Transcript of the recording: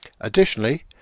Additionally